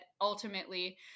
ultimately